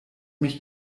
mich